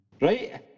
Right